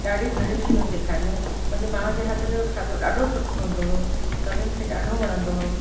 ॾाढियूं घड़ियूं शयूं सेखारियूं मुंहिंजी माउ जो हथ जो खाधो ॾाढो सुठो हूंदो हो सभिनि खे ॾाढो वणंदो हो